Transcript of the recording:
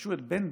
וכבשו את בנדין,